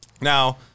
Now